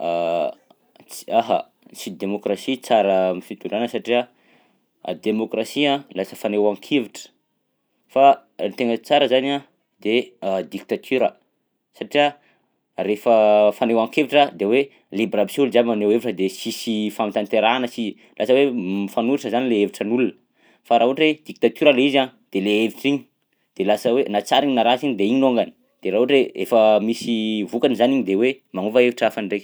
Ts- aha, tsy demokrasia tsara am'fitondrana satria demokrasia lasa fanehoan-kevitra fa ny tegna tsara zany a de dictature satria rehefa fanehoan-kevitra de hoe aby si olo jiaby maneho hevitra de sisy fahantanterahana si lasa hoe m- mifanohitra zany lay hevitran'olona fa raha ohatra hoe dictature lay izy a de lay hevitra igny de lasa hoe na tsara igny na ratsy igny de igny longany de raha ohatra hoe efa misy vokany zany igny de hoe manova hevitra hafa ndraika.